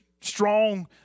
strong